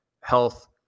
health